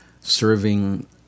Serving